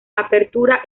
apertura